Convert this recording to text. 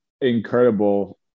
incredible